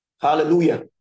Hallelujah